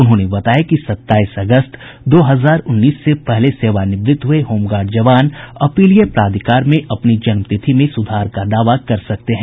उन्होंन बताया कि सत्ताईस अगस्त दो हजार उन्नीस से पहले सेवानिवृत्त हुए होमगार्ड जवान अपीलीय प्राधिकार में अपनी जन्मतिथि में सुधार का दावा कर सकते हैं